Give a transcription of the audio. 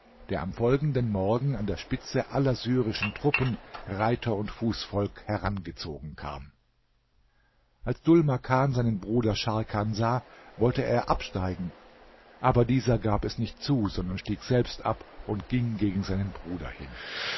der am folgenden morgen an der spitze aller syrischen truppen reiter und fußvolk herangezogen kam als dhul makan seinen bruder scharkan sah wollte er absteigen aber dieser gab es nicht zu sondern stieg selbst ab und ging gegen seinen bruder hin